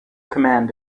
command